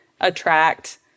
attract